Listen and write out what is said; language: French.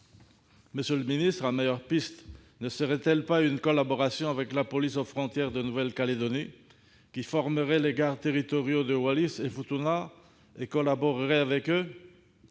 Monsieur le secrétaire d'État, la meilleure piste ne serait-elle pas une collaboration avec la police aux frontières de Nouvelle-Calédonie, qui formerait les gardes territoriaux de Wallis-et-Futuna et collaborerait avec eux ?